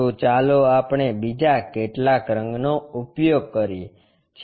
તો ચાલો આપણે બીજા કેટલાક રંગનો ઉપયોગ કરીએ